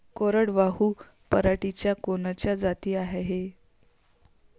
कोरडवाहू पराटीच्या कोनच्या जाती हाये?